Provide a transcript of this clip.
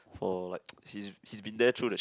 for like he's he's been there through the shit